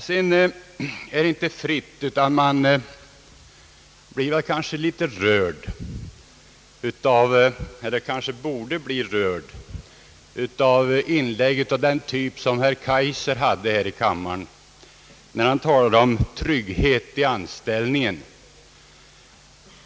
Sedan är det inte utan att man blir litet rörd eller kanske borde bli rörd av inlägg av den typ som herr Kaijser gjorde i denna kammare när han talade för trygghet i anställningen.